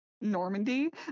Normandy